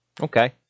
Okay